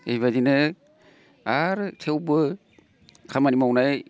बेबायदिनो आरो थेवबो खामानि मावनाय